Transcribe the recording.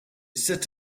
set